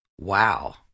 Wow